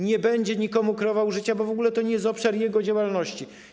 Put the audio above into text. Nie będzie nikomu kreował życia, bo w ogóle to nie jest obszar jego działalności.